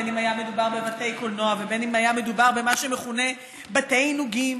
בין שהיה מדובר בבתי קולנוע ובין שהיה מדובר במה שמכונה בתי עינוגים.